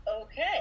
okay